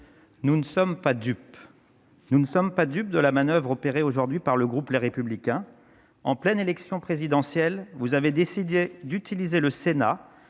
nous ne sommes pas du. Nous ne sommes pas dupes de la manoeuvre opérée aujourd'hui par le groupe, les républicains en pleine élection présidentielle, vous avez décidé d'utiliser le Sénat